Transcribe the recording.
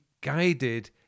guided